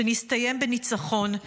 שנסתיים בניצחון.